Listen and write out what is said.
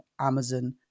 Amazon